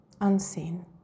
unseen